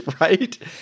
right